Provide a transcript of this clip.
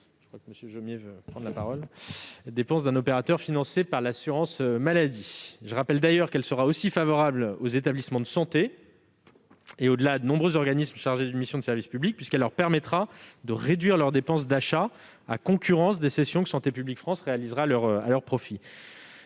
effet, elle contribuera à optimiser les dépenses d'un opérateur financé par l'assurance maladie. Je rappelle, d'ailleurs qu'elle sera également favorable aux établissements de santé et, au-delà, à de nombreux organismes chargés d'une mission de service public, puisqu'elle leur permettra de réduire leurs dépenses d'achat à concurrence des cessions que Santé publique France réalisera à leur profit.